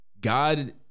God